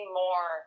more